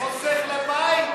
זה חוסך למים.